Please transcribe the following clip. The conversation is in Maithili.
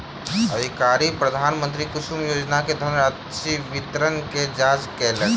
अधिकारी प्रधानमंत्री कुसुम योजना के धनराशि वितरणक जांच केलक